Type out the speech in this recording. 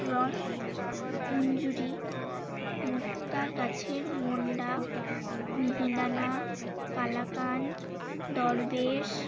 রসমঞ্জুরী মুক্তাগাছার মন্ডা মিহিদানা কালাকাঁদ দরবেশ